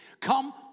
Come